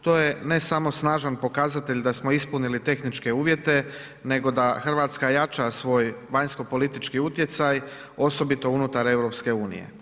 To je ne samo snažan pokazatelj da smo ispunili tehničke uvjete nego da Hrvatska jača svoj vanjskopolitički utjecaj osobito unutar EU.